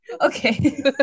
Okay